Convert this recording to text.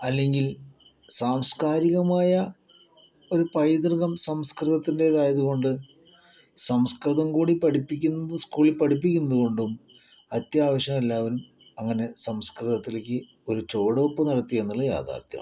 അല്ലെങ്കിൽ സാംസ്കാരികമായ ഒരു പൈതൃകം സംസ്കൃതത്തിന്റെതായതുകൊണ്ട് സംസ്കൃതം കൂടി പഠിപ്പിക്കുന്നത് സ്കൂളിൽ പഠിപ്പിക്കുന്നതു കൊണ്ടും അത്യാവശ്യം എല്ലാവരും അങ്ങനെ സംസ്കൃതത്തിലേക്ക് ഒരു ചുവടുവെപ്പു നടത്തി എന്നുള്ളത് യാഥാർത്ഥ്യമാണ്